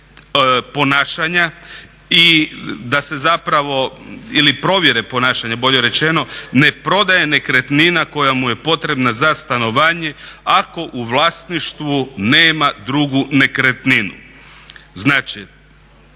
ponašanja i da se zapravo ili provjere ponašanja bolje rečeno ne prodaje nekretnina koja mu je potrebna za stanovanje ako u vlasništvu nema drugu nekretninu. Znači